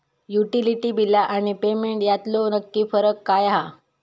Utility बिला आणि payment यातलो नक्की फरक काय हा?